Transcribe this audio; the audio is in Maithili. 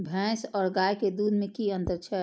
भैस और गाय के दूध में कि अंतर छै?